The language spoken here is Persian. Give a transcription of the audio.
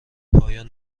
پایان